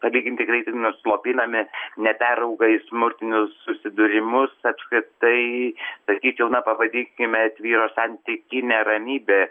palyginti greitai nuslopinami neperauga į smurtinius susidūrimus apskritai sakyčiau na pavadinkime tvyro santykinė ramybė